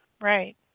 Right